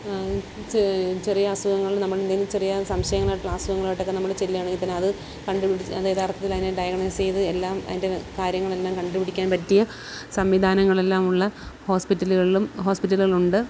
ചെ ചെറിയ അസുഖങ്ങൾ നമ്മളെന്തെങ്കിലും ചെറിയ സംശയങ്ങളായിട്ടുള്ള അസുഖങ്ങളായിട്ടൊക്കെ നമ്മൾ ചെല്ലാണെങ്കിൽ തന്നെ അത് കണ്ടുപിടിച്ച് അതെതാർത്തത്തിൽ അതിനെ ഡയഗനേസ് ചെയ്ത് എല്ലാം അതിൻ്റെ കാര്യങ്ങളെല്ലാം കണ്ട്പിടിക്കാൻ പറ്റിയ സംവിധാങ്ങളെല്ലാമുള്ള ഹോസ്പിറ്റലുകളും ഹോസ്പിറ്റലുകളുണ്ട്